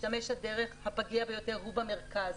משתמש הדרך הפגיע ביותר הוא במרכז.